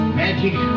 magic